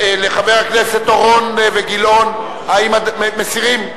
חברי הכנסת אורון וגילאון, מסירים?